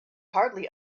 hardly